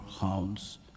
hounds